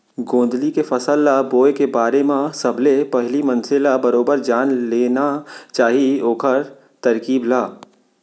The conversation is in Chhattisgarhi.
गोंदली के फसल ल बोए के बारे म सबले पहिली मनसे ल बरोबर जान लेना चाही ओखर तरकीब ल